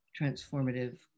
transformative